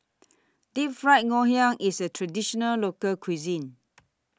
Deep Fried Ngoh Hiang IS A Traditional Local Cuisine